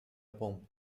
pompe